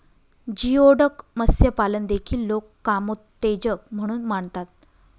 geoduck मत्स्यपालन देखील लोक कामोत्तेजक म्हणून मानतात